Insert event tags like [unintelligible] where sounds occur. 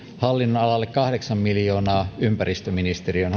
hallinnonalalle ja kahdeksan miljoonaa ympäristöministeriön [unintelligible]